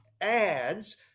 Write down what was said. adds